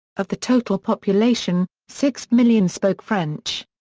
of the total population, six million spoke french.